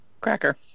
Cracker